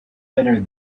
better